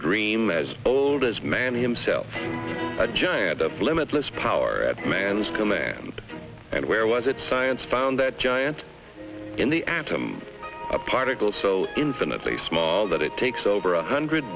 dream as old as man himself a giant of limitless power at man's command and where was it science found that giant in the atom a particle so infinitely small that it takes over one hundred